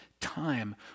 time